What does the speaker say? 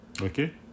Okay